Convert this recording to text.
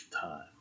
time